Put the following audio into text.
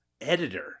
editor